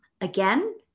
Again